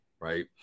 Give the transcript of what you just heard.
Right